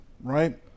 right